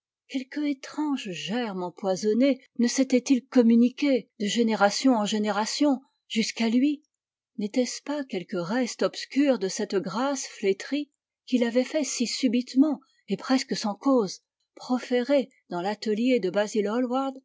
quelque étrange germe empoisonné ne s'était-il communiqué de génération en génération jusqu'à lui n'était-ce pas quelque reste obscur de cette grâce flétrie qui l'avait fait si subitement et presque sans cause proférer dans l'atelier de basil